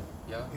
ya